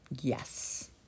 Yes